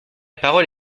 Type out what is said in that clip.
parole